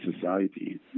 society